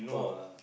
!wow!